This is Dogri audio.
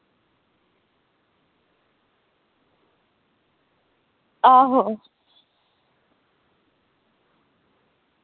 आहो